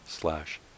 slash